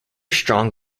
strong